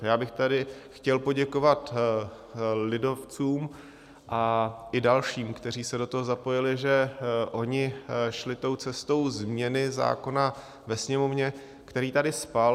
Já bych tady chtěl poděkovat lidovcům a i dalším, kteří se do toho zapojili, že šli cestou změny zákona ve Sněmovně, který tady spal.